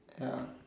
ya